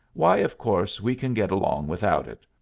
why, of course, we can get along without it.